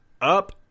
Up